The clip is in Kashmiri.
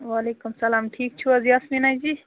وعلیکُم سلام ٹھیٖک چھُو حظ یاسمیٖنا جی